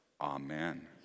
Amen